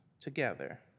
together